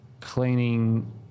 cleaning